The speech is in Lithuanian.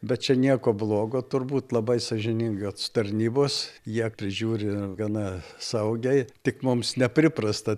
bet čia nieko blogo turbūt labai sąžiningac tarnybos jie prižiūri gana saugiai tik mums nepriprasta